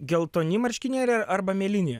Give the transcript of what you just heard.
geltoni marškinėliai arba mėlyni